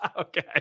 Okay